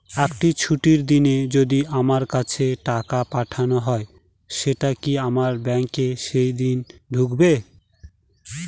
একটি ছুটির দিনে যদি আমার কাছে টাকা পাঠানো হয় সেটা কি আমার ব্যাংকে সেইদিন ঢুকবে?